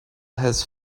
has